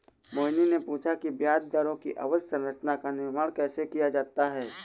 मोहिनी ने पूछा कि ब्याज दरों की अवधि संरचना का निर्माण कैसे किया जाता है?